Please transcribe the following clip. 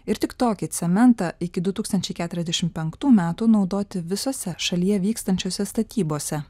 ir tik tokį cementą iki du tūkstančiai keturiasdešim penktų metų naudoti visose šalyje vykstančiose statybose